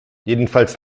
jedenfalls